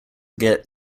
get